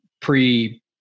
pre